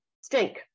Stink